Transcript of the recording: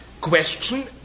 question